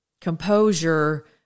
composure